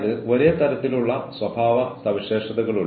കൂടാതെ ഞാൻ ഇതിനായി കുറച്ച് സമയം ചെലവഴിക്കും